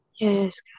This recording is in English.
Yes